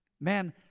Man